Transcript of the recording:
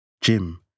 Jim